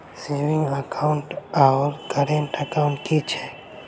Saving account आओर current account की छैक?